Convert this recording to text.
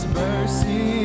mercy